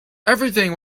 everything